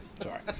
Sorry